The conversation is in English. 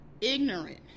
ignorant